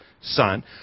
son